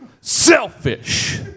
Selfish